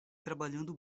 trabalhando